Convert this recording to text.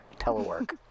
telework